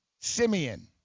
Simeon